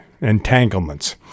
entanglements